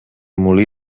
molí